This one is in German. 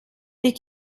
ich